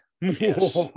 Yes